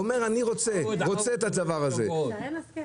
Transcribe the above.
אומר 'אני רוצה את הצוואר הזה',